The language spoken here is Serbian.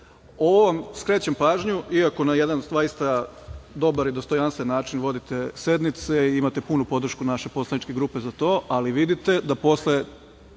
vam skrećem pažnju, iako na jedan dobar i dostojanstven način vodite sednice, imate punu podršku naše poslaničke grupe za to, ali vidite da posle